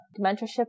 mentorship